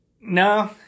No